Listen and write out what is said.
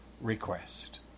request